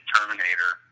Terminator